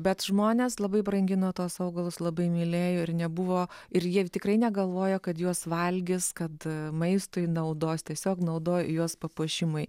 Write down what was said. bet žmonės labai brangino tuos augalus labai mylėjo ir nebuvo ir jie tikrai negalvojo kad juos valgys kad maistui naudos tiesiog naudojo juos papuošimai